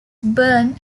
burn